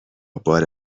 بار